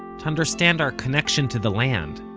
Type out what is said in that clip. to understand our connection to the land,